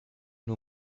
nur